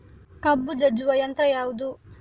ಕಬ್ಬು ಜಜ್ಜುವ ಯಂತ್ರ ಯಾವುದು?